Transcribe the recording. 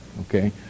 okay